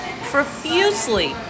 profusely